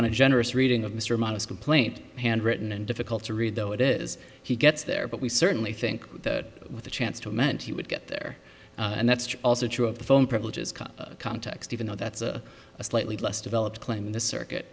on a generous reading of mr modest complaint handwritten and difficult to read though it is he gets there but we certainly think that with a chance to amend he would get there and that's also true of the phone privileges context even though that's a slightly less developed claim in the circuit